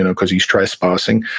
and because he's trespassing,